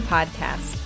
Podcast